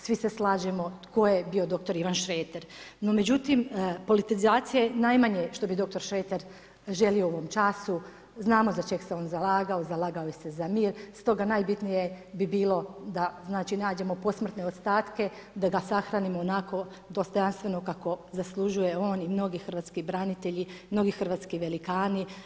Svi se slažemo tko je bio dr. Ivan Šreter no međutim politizacija je najmanje što bi dr. Šreter želio u ovom času, znamo za čeg se on zalagao, zalagao se za mir, stoga najbitnije bi bilo da nađemo posmrtne ostatke, da ga sahranimo onako dostojanstveno kako zaslužuje on i mnogi hrvatski branitelji, mnogi hrvatski velikani.